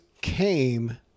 came